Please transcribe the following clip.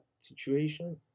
situation